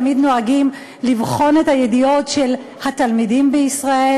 תמיד נוהגים לבחון את הידיעות של התלמידים בישראל.